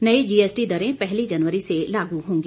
नई जीएसटी दरें पहली जनवरी से लागू होंगी